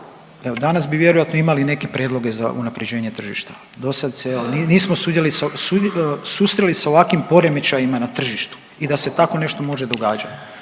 danas bi vjerojatno imali neke prijedloge za unaprjeđenje tržišta, dosad se evo, nismo .../nerazumljivo/... susreli sa ovakvim poremećajima na tržištu i da se tako nešto može događati,